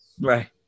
Right